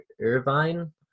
irvine